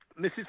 Mrs